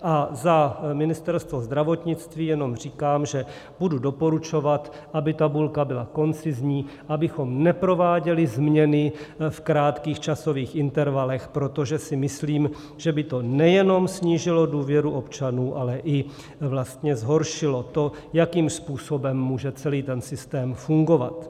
A za Ministerstvo zdravotnictví jenom říkám, že budu doporučovat, aby tabulka byla koncizní, abychom neprováděli změny v krátkých časových intervalech, protože si myslím, že by to nejenom snížilo důvěru občanů, ale vlastně i zhoršilo to, jakým způsobem může celý systém fungovat.